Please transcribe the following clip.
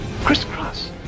Crisscross